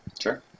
Sure